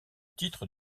titre